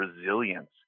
resilience